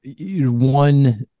one